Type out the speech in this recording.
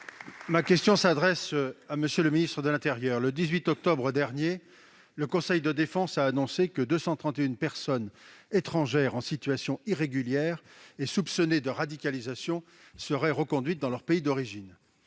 Ma question s'adresse à M. le ministre de l'intérieur. Le 18 octobre dernier, le conseil de défense a annoncé que 231 personnes étrangères en situation irrégulière et soupçonnées de radicalisation seraient reconduites dans leur pays d'origine.